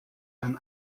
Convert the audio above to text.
man